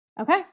Okay